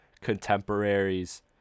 contemporaries